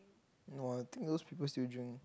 no ah think those people still drink